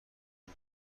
نیم